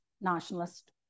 Nationalist